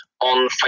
on